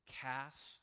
cast